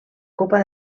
copa